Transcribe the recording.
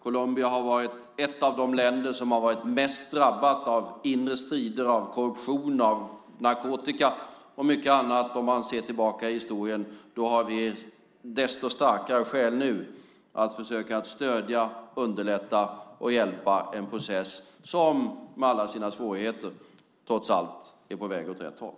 Om man ser tillbaka i historien hör Colombia till de länder som mest drabbats av inre strider, korruption, narkotika och mycket annat. Därför har vi desto starkare skäl att nu försöka stödja, underlätta och hjälpa en process som, trots alla sina svårigheter, är på väg åt rätt håll.